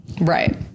Right